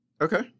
Okay